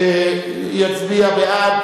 יצביע בעד.